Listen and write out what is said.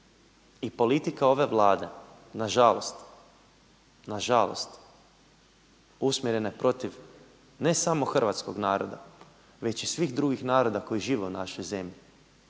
I politika ove Vlade, nažalost, nažalost usmjerene protiv ne samo hrvatskog naroda već i svih drugih naroda koji žive u našoj zemlji